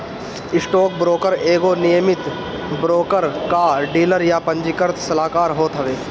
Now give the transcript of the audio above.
stockbroker एगो नियमित broker या डीलर या पंजीकृत सलाहकार होत हवे